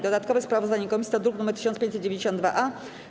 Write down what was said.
Dodatkowe sprawozdanie komisji to druk nr 1592-A.